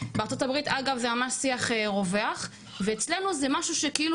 בארצות הברית אגב זה ממש שיח רווח ואצלנו זה משהו שכאילו